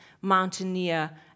mountaineer